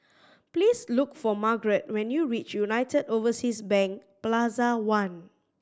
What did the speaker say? please look for Margret when you reach United Overseas Bank Plaza One